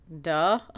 Duh